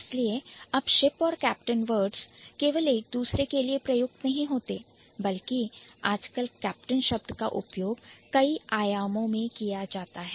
इसलिए अब Ship और Captain words केवल एक दूसरे के लिए प्रयुक्त नहीं होते बल्कि आजकल Captain शब्द का उपयोग कई आयामों में किया जाता है